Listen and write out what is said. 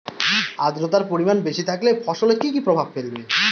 আদ্রর্তার পরিমান বেশি থাকলে ফসলে কি কি প্রভাব ফেলবে?